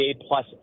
A-plus